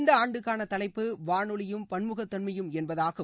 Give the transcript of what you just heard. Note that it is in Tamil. இந்த ஆண்டுக்கான தலைப்பு வானொலியும் பன்முகத்தன்மையும் என்பதாகும்